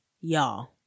y'all